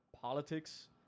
politics